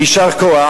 ויישר כוח,